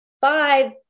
five